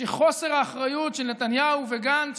שחוסר האחריות של נתניהו וגנץ,